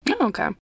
okay